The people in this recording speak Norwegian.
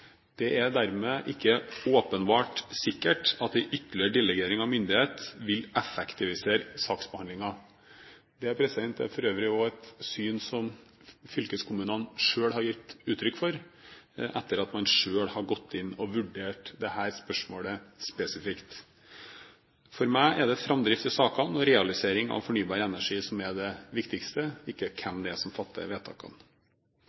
Det er dermed ikke sikkert at en ytterligere delegering av myndighet vil effektivisere saksbehandlingen. Det er for øvrig et syn som fylkeskommunene selv har gitt uttrykk for, etter at de selv har gått inn og vurdert dette spørsmålet spesifikt. For meg er det framdrift i sakene og realisering av fornybar energi som er det viktigste, ikke